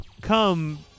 come